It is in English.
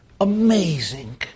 amazing